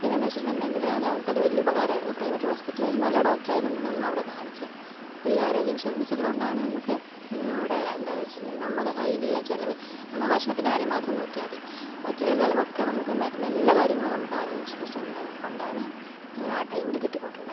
പിന്നെ എന്ന് വെച്ചിട്ടുണ്ടെങ്കിൽ ഞങ്ങൾക്ക് അത് വലിയ ഉപകാരം ആയിരുന്നു പ്രൈവറ്റ് ഹോസ്പിറ്റലിൽ ഒരു നല്ല ഡോക്ടറെ ആണ് നമ്മൾ അവിടെ കാണിച്ചത് അപ്പോൾ ഈ ആരോഗ്യ ഇൻഷുറൻസ് ഉള്ളതുകൊണ്ടാണ് നമുക്ക് അവിടെ എന്താണ് എന്ന് വെച്ചിട്ടുണ്ടെങ്കിൽ നമ്മുടെ കയ്യിൽ ഉള്ള ചിലവ് നമ്മൾ ഭക്ഷണത്തിൻ്റെ കാര്യം മാത്രം നോക്കിയാൽ മതി ബാക്കി ഉള്ള ചിലവൊക്കെ നമുക്ക് മരുന്നും എല്ലാ കാര്യങ്ങളും നമുക്ക് ആരോഗ്യ ഇൻഷുറൻസ് കൊണ്ട് കൊണ്ടാണ് ആ ടൈമിൽ കിട്ടിക്കോണ്ടിരുന്നത്